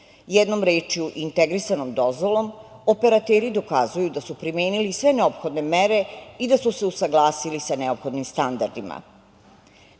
Jednom rečju, integrisanom dozvolom operateri dokazuju da su primenili sve neophodne mere i da su se usaglasili sa neophodnim standardima. Najvažnije